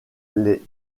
les